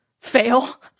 fail